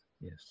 Yes